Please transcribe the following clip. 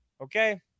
okay